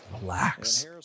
Relax